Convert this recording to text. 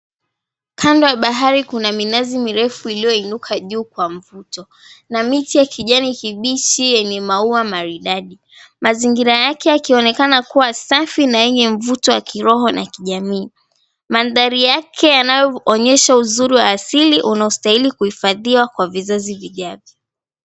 Kando ya bahari kuna minazi mirefu iliyoinuka juu kwa mvuto. Na miti ya kijani kibichi yenye maua maridadi. Mazingira yake yakionekana kuwa safi na yenye mvuto wa kiroho na kijamii. Mandhari yake yanayoenyesha uzuri wa asili unaostahili kuhifadhiwa kwa vizazi vijavyo.